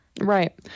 Right